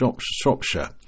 Shropshire